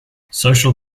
social